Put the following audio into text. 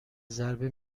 ضربه